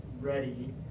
ready